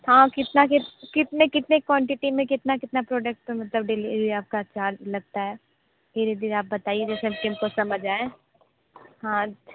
हाँ कितना कित कितने कितने क्वान्टिटी में कितना कितना प्रोडक्ट मतलब डिलिवरी आपका चार्ज लगता है धीरे धीरे आप बताइये जैसे कि हमको को समझ आये हाँ